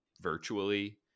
virtually